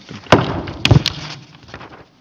tämän kevään a